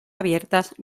abiertas